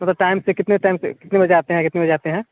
थोड़ा टाइम से कितने टाइम से कितने बजे आते है कितने बजे जाते है